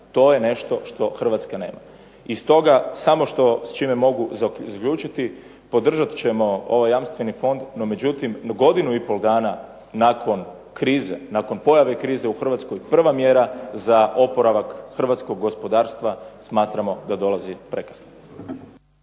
To je nešto što Hrvatska nema. I stoga samo s čime mogu zaključiti, podržat ćemo ovaj jamstveni fond, no međutim godinu i pol dana nakon krize, nakon pojave krize u Hrvatskoj prva mjera za oporavak hrvatskog gospodarstva smatramo da dolazi prekasno.